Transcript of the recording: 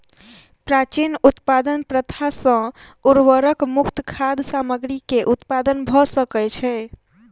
प्राचीन उत्पादन प्रथा सॅ उर्वरक मुक्त खाद्य सामग्री के उत्पादन भ सकै छै